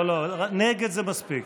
לא, לא, נגד זה מספיק,